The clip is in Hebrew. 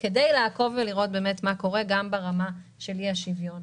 כדי לעקוב ולראות מה קורה גם ברמה של אי-השוויון.